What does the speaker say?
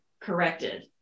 corrected